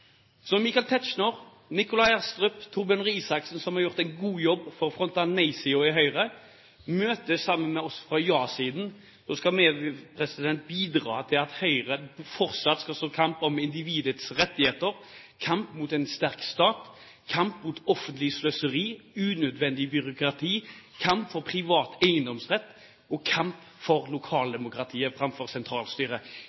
når Michael Tetzschner, Nikolai Astrup, Torbjørn Røe Isaksen som har gjort en god jobb for å fronte nei-siden i Høyre, møter sammen med oss fra ja-siden, skal vi bidra til at Høyre fortsatt skal gi en kamp for individets rettigheter, kamp mot en sterk stat, kamp mot offentlig sløseri, unødvendig byråkrati, kamp for privat eiendomsrett og kamp for